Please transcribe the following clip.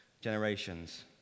generations